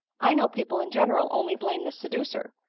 i know people in general only blame the seducer,